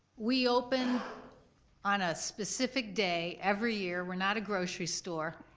we open on a specific day every year, we're not a grocery store,